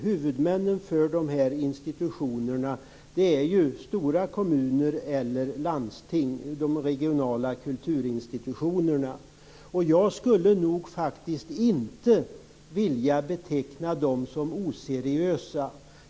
Huvudmännen för de regionala kulturinstitutionerna är stora kommuner och landsting. Jag skulle faktiskt inte vilja beteckna dem som oseriösa.